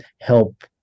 help